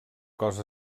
cos